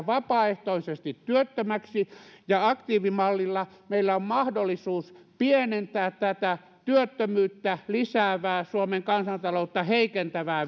vapaaehtoisesti työttömäksi ja aktiivimallilla meillä on mahdollisuus pienentää tätä työttömyyttä lisäävää suomen kansantaloutta heikentävää